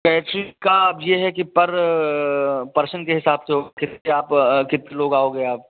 catering का अब ये है कि पर पर्सन के हिसाब से आप कितने लोग आओगे आप